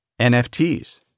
NFTs